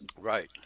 Right